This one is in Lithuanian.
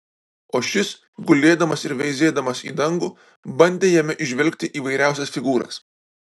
o šis gulėdamas ir veizėdamas į dangų bandė jame įžvelgti įvairiausias figūras